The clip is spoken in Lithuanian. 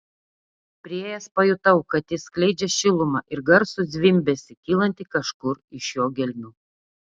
priėjęs pajutau kad jis skleidžia šilumą ir garsų zvimbesį kylantį kažkur iš jo gelmių